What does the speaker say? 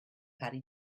parry